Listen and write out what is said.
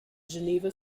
geneva